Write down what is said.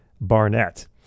Barnett